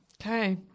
Okay